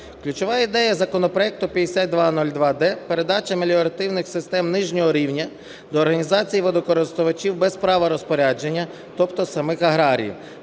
Ключова ідея законопроекту 5202-д – передача меліоративних систем нижнього рівня до організації водокористувачів без права розпорядження, тобто самих аграріїв.